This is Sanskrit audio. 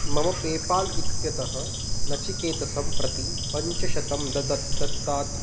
मम पेपाल् इत्यतः निचिकेतसं प्रति पञ्चशतं ददाति दत्तात्